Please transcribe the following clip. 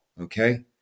Okay